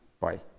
Bye